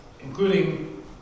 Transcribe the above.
including